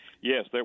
Yes